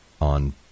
on